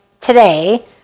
today